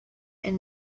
and